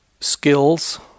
skills